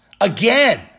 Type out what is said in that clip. again